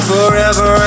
Forever